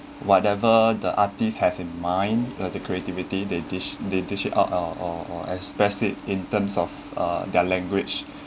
whatever the artist has in mind uh the creativity that dish they dish out or or or or express it in terms of uh their language